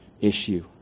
issue